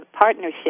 partnership